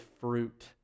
fruit